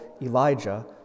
Elijah